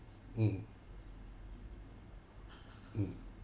mm mm